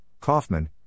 Kaufman